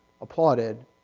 applauded